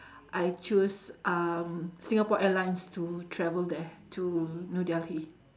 I choose um singapore airlines to travel there to new delhi